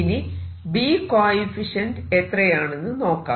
ഇനി B coefficient എത്രയാണെന്ന് നോക്കാം